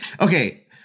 okay